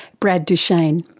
brad duchaine.